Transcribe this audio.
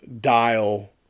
dial